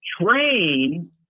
train